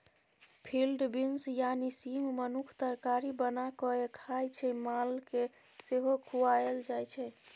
field beans यानी सीम मनुख तरकारी बना कए खाइ छै मालकेँ सेहो खुआएल जाइ छै